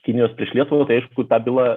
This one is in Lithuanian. kinijos prieš lietuvą tai aišku ta byla